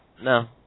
No